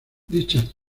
dichas